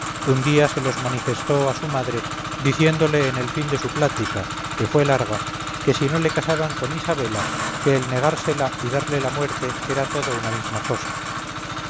un día se los manifestó a su madre diciéndole en el fin de su plática que fue larga que si no le casaban con isabela que el negársela y darle la muerte era todo una misma cosa